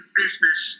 business